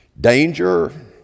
danger